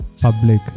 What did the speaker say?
public